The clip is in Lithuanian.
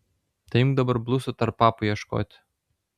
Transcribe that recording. tai imk dabar blusų tarp papų ieškoti